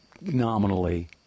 nominally